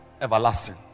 everlasting